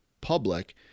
public